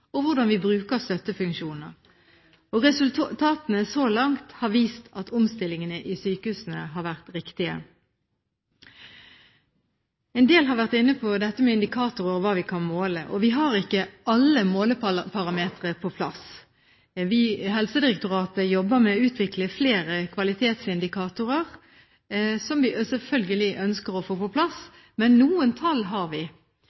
og hvordan vi bruker støttefunksjoner. Resultatene så langt har vist at omstillingene i sykehusene har vært riktige. En del har vært inne på dette med indikatorer og hva vi kan måle. Vi har ikke alle måleparametre på plass. Helsedirektoratet jobber med å utvikle flere kvalitetsindikatorer, som vi selvfølgelig ønsker å få på plass, men noen tall har vi.